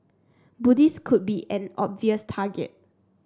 Buddhists could be an obvious target